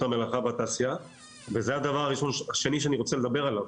המלאכה והתעשייה וזה הדבר השני שאני רוצה לדבר עליו,